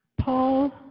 Paul